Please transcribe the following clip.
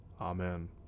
amen